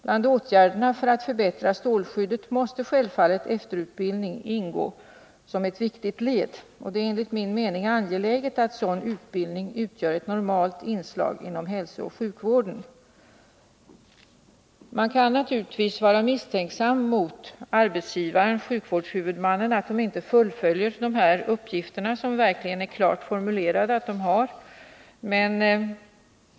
Bland åtgärderna för att förbättra strålskyddet måste självfallet efterutbildning ingå som ett viktigt led. Det är enligt min mening angeläget att sådan utbildning utgör ett normalt inslag inom hälsooch sjukvården. Man kan naturligtvis vara misstänksam mot att arbetsgivaren, sjukvårdshuvudmannen, inte fullföljer de här verkligt klart formulerade uppgifterna.